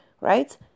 right